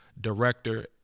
director